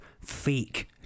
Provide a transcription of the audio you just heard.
fake